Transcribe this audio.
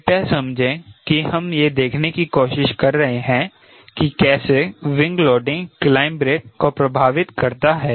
कृपया समझें कि हम यह देखने की कोशिश कर रहे हैं कि कैसे विंग लोडिंग क्लाइंब रेट को प्रभावित करता है